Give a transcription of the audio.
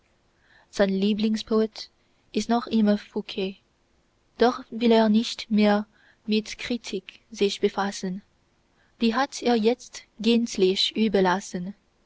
sein lieblingspoet ist noch immer fouque doch will er nicht mehr mit kritik sich befassen die hat er jetzt gänzlich überlassen